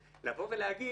לבוא ולהגיד: